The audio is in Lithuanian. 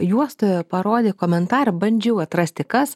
juostoje parodė komentarą bandžiau atrasti kas